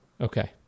Okay